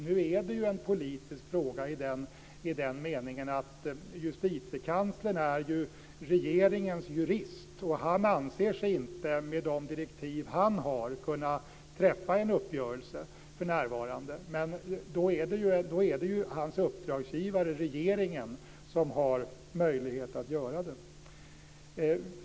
Nu är det ju en politisk fråga i den meningen att Justitiekanslern är regeringens jurist. Han anser sig inte, med de direktiv han har, kunna träffa en uppgörelse för närvarande. Då är det ju hans uppdragsgivare, regeringen, som har möjlighet att göra det.